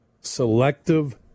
Selective